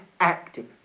active